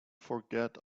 forget